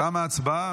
תמה ההצבעה.